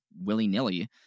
willy-nilly